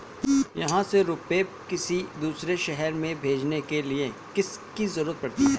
यहाँ से रुपये किसी दूसरे शहर में भेजने के लिए किसकी जरूरत पड़ती है?